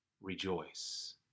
rejoice